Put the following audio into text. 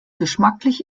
geschmacklich